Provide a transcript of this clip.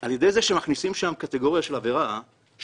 שעל ידי זה שמכניסים שם קטגוריה של עבירה שולחים